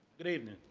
good evening.